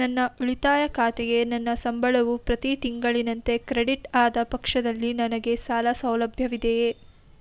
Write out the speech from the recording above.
ನನ್ನ ಉಳಿತಾಯ ಖಾತೆಗೆ ನನ್ನ ಸಂಬಳವು ಪ್ರತಿ ತಿಂಗಳಿನಂತೆ ಕ್ರೆಡಿಟ್ ಆದ ಪಕ್ಷದಲ್ಲಿ ನನಗೆ ಸಾಲ ಸೌಲಭ್ಯವಿದೆಯೇ?